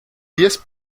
diez